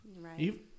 Right